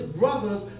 brothers